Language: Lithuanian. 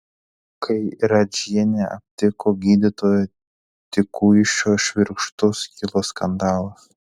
kai radžienė aptiko gydytojo tikuišio švirkštus kilo skandalas